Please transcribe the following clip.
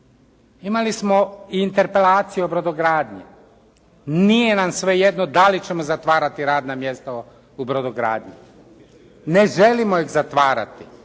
Imali smo i interpelaciju o brodogranji. Nije nam svejedno da li ćemo zatvarati radna mjesta u brodogradnji. Ne želimo ih zatvarati.